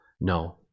No